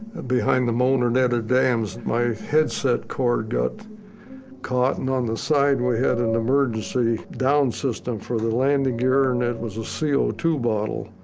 behind the mohne and eder dams. my headset cord got caught. and on the side we had an emergency down-system for the landing gear. and it was a c zero ah two bottle.